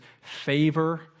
favor